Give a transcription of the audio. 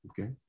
okay